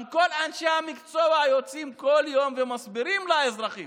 גם כל אנשי המקצוע יוצאים כל יום ומסבירים לאזרחים